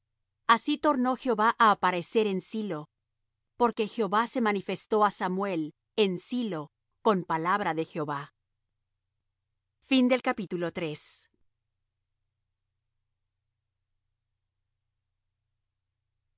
así tornó jehová á aparecer en silo porque jehová se manifestó á samuel en silo con palabra de jehová y